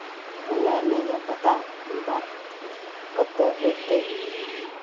हमरा नहि यए पता ई बात कतय हेतै